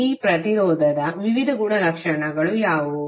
ಈ ಪ್ರತಿರೋಧದ ವಿವಿಧ ಗುಣಲಕ್ಷಣಗಳು ಯಾವುವು